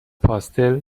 پاستل